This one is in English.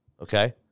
okay